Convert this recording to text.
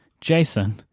Jason